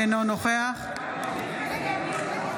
אינו נוכח אביחי